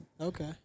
Okay